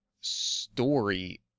story